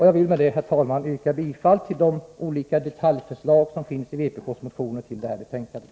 Jag vill med detta, herr talman, yrka bifall till de olika detaljförslag som finns i de vpk-motioner som behandlas i detta betänkande.